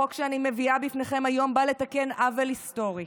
החוק שאני מביאה בפניכם היום בא לתקן עוול היסטורי.